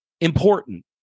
important